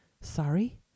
Sorry